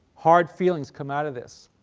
hard feelings come out of this,